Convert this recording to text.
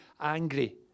angry